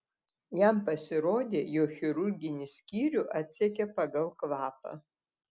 jam pasirodė jog chirurginį skyrių atsekė pagal kvapą